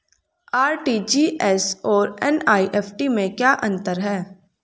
RTGS और NEFT में क्या अंतर है?